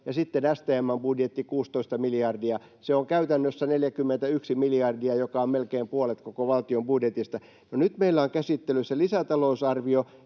ja sitten STM:n budjetti 16 miljardia. Se on käytännössä 41 miljardia, joka on melkein puolet koko valtion budjetista. Nyt meillä on käsittelyssä lisätalousarvio,